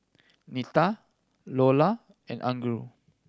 Nita Iola and Alger